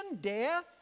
death